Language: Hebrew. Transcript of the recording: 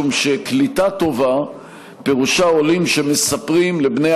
משום שקליטה טובה פירושה עולים שמספרים לבני